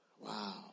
Wow